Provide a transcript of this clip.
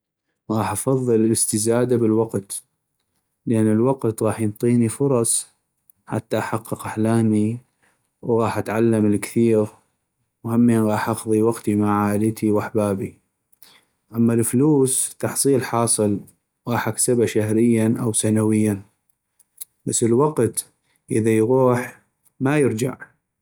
غاح افضل الاستزادة بالوقت ، لان الوقت غاح ينطيني فرص حتى احقق أحلامي وغاح اتعلم الكثيغ وهمين غاح اقضي وقتي مع عائلتي واحبابي ، اما الفلوس تحصيل حاصل غاح اكسبه شهرياً أو سنوياً، بس الوقت اذا يغوح ما يرجع.